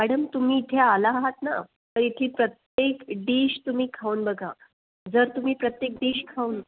madam तुम्ही इथे आला आहात ना तर इथली प्रत्येक डिश तुम्ही खाऊन बघा जर तुम्ही प्रत्येक डिश खाऊन